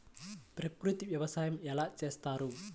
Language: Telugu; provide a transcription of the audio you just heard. ప్రకృతి వ్యవసాయం ఎలా చేస్తారు?